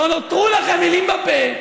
לא נותרו לכם מילים בפה.